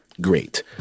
great